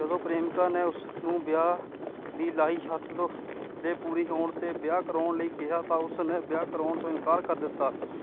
ਜਦੋ ਪ੍ਰੇਮਿਕਾ ਨੇ ਉਸਨੂੰ ਵਿਆਹ ਦੀ ਲਾਈ ਸ਼ਰਤ ਦੇ ਪੂਰੀ ਹੋਣ 'ਤੇ ਵਿਆਹ ਕਰਵਾਉਣ ਲਈ ਕਿਹਾ ਤਾਂ ਉਸ ਨੇ ਵਿਆਹ ਕਰਾਵਾਉਣ ਤੋਂ ਇਨਕਾਰ ਕਰ ਦਿੱਤਾ